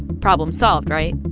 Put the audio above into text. problem solved, right?